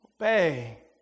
obey